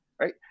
right